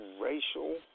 racial